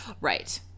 right